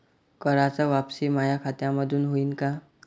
कराच वापसी माया खात्यामंधून होईन का?